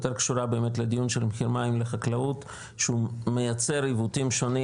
יותר קשורה באמת לדיון של מחיר מים לחקלאות שהוא מייצר עיוותים שונים,